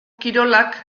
kirolak